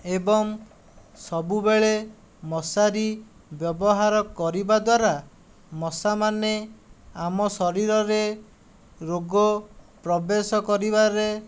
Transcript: ଏବଂ ସବୁବେଳେ ମଶାରୀ ବ୍ୟବହାର କରିବା ଦ୍ୱାରା ମଶାମାନେ ଆମ ଶରୀରରେ ରୋଗ ପ୍ରବେଶ କରିବାରେ